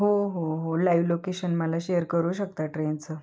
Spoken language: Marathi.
हो हो हो लाईव्ह लोकेशन मला शेअर करू शकता ट्रेनचं